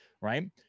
right